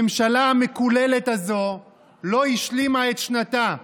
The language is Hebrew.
הממשלה המקוללת הזו לא השלימה את שנתה,